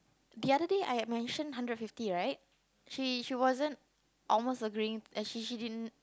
the other day I mentioned hundred fifty right she she wasn't almost agreeing and she she didn't